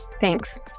Thanks